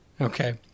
Okay